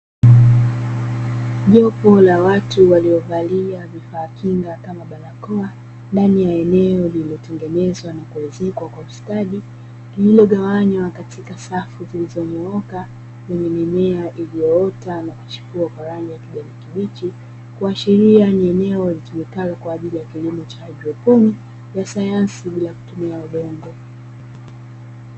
Jopo la watu waliovalia vifaa kinga kama barakoa, ndani ya eneo lililotengenezwa na kuezekwa kwa ustadi, lililogawanywa katika safu zilizonyooka, lenye mimea iliyoota na kuchipua kwa rangi ya kijani kibichi, kuashiria ni eneo linalotumika kwa ajili ya kilimo cha haidroponi, ya sayansi bila kutumia udongo.